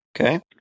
Okay